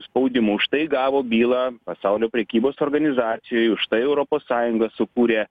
spaudimu už tai gavo bylą pasaulio prekybos organizacijoj už tai europos sąjunga sukūrė